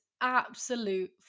absolute